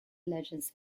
legends